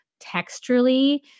texturally